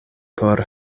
por